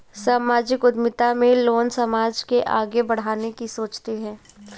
सामाजिक उद्यमिता में लोग समाज को आगे बढ़ाने की सोचते हैं